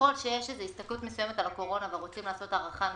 ככל שיש הסתכלות מסוימת על הקורונה ורוצים לעשות הארכה נקודתית,